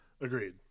Agreed